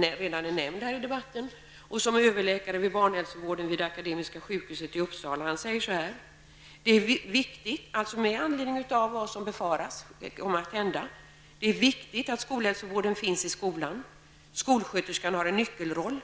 redan nämnts i debatten och som är överläkare vid barnhälsovården vid Akademiska sjukhuset i Uppsala, säger så här: ''Detta är viktigt att'' -- med anledning av vad som befaras kommer att hända -- ''att skolhälsovården finns i skolan. Skolsköterskan har en nyckelroll.